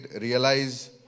realize